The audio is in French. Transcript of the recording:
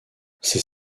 ces